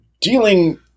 dealing